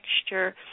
texture